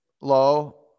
low